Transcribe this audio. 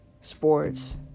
sports